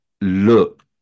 look